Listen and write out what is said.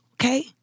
Okay